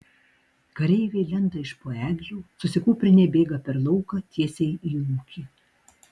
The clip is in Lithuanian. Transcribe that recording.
kareiviai lenda iš po eglių susikūprinę bėga per lauką tiesiai į ūkį